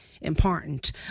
important